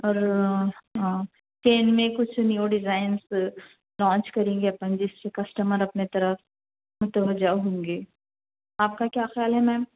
اور کین میں کچھ نیو ڈیزائنس لانچ کریں گے اپن جس سے کسٹمر اپنے طرف متوجہ ہوں گے آپ کا کیا خیال ہے میم